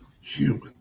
human